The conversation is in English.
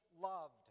loved